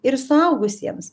ir suaugusiems